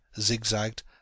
zigzagged